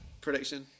prediction